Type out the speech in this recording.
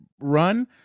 run